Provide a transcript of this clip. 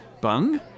Bung